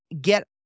get